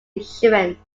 insurance